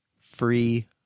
free